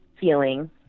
feeling